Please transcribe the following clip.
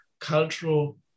cultural